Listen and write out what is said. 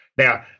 Now